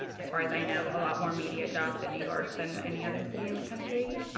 as far as i know, a lot more media jobs in new york than any other city in the country.